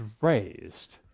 raised